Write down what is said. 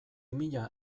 mila